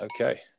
Okay